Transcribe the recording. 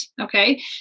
Okay